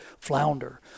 flounder